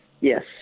Yes